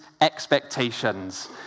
expectations